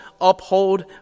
uphold